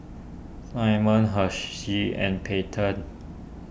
Simmons Hersheys and Pantene